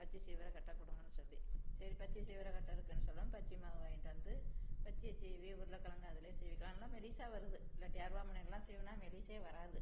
பச்சி சீவுற கட்ட கொடுங்கன்னு சொல்லி சரி பச்சி சீவுற கட்ட இருக்குன்னு சொல்லவும் பச்சி மாவு வாங்கிகிட்டு வந்து பச்சியை சீவி உருளைக்கெழங்கு அதுலையே சீவிக்கலாம் நல்லா மெலிசாக வருது இல்லாட்டி அருவாமனையிலல்லாம் சீவினா மெலிசே வராது